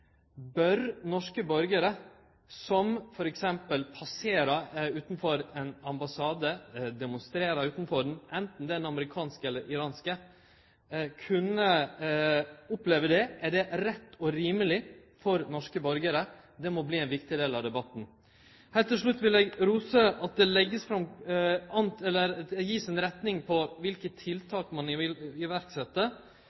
Bør norske borgarar som f.eks. passerer ein ambassade, demonstrerer utanfor – anten det er den amerikanske eller den iranske – kunne oppleve noko slikt som dette? Er det rett og rimeleg for norske borgarar? Det må verte ein viktig del av debatten. Heilt til slutt vil eg gje ros for at det